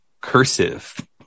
cursive